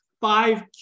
five